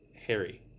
Harry